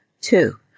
Two